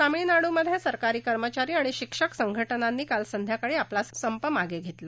तामिळनाडूमध्ये सरकारी कर्मचारी आणि शिक्षक संघटनांनी काल संध्याकाळी आपला संप मागे घेतला